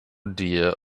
dear